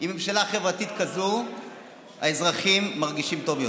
עם ממשלה חברתית כזאת האזרחים מרגישים טוב יותר.